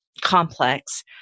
complex